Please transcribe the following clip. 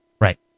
right